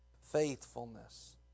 faithfulness